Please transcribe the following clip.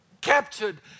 captured